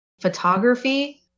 photography